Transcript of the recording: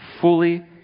fully